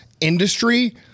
industry